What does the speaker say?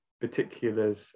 particulars